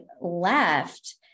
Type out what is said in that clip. left